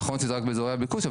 נכון שזה רק באזורי הביקוש,